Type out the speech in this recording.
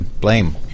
blame